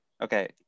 Okay